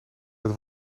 het